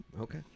Okay